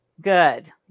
Good